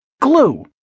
Glue